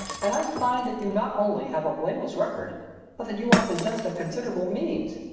and i find that you not only have a blameless record but that you are possessed of considerable means,